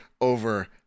over